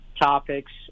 topics